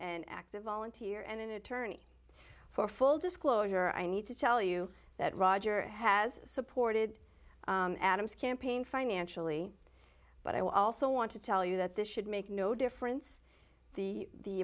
an active volunteer and an attorney for full disclosure i need to tell you that roger has supported adam's campaign financially but i also want to tell you that this should make no difference the